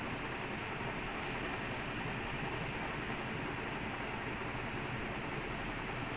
best moment something like that like albertan also does that I've seen albertan do this a lot but the aftermath damn sad